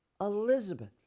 Elizabeth